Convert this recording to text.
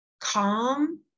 calm